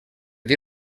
dir